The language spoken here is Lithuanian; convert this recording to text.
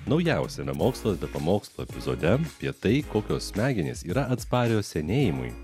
naujausiame mokslas be pamokslų epizode apie tai kokios smegenys yra atsparios senėjimui